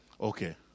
Okay